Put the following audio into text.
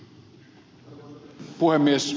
arvoisa puhemies